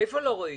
איפה לא רואים?